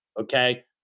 Okay